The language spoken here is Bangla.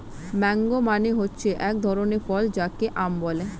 ম্যাংগো মানে হচ্ছে এক ধরনের ফল যাকে আম বলে